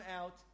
out